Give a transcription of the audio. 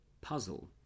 puzzle